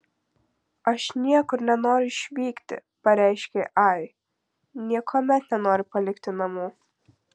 aš niekur nenoriu išvykti pareiškė ai niekuomet nenoriu palikti namų